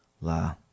La